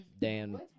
Dan